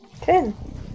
Ten